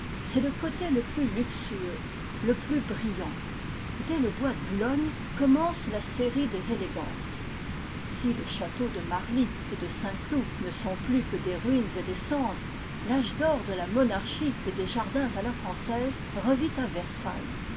c'est le côté le plus luxueux le plus brillant dès le bois de boulogne commence la série des élégances si les châteaux de marly et de saint-cloud ne sont plus que des ruines et des cendres l'âge d'or de la monarchie et des jardins à la française revit à versailles